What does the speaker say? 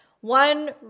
one